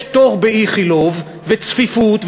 יש תור באיכילוב וצפיפות,